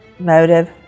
Motive